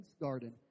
garden